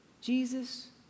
Jesus